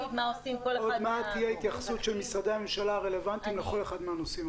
עוד מעט תהיה התייחסות של משרדי הממשלה הרלוונטיים לכל אחד מהנושאים.